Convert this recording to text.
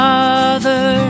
Father